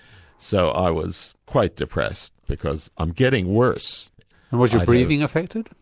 so i was quite depressed because i'm getting worse. and was your breathing affected?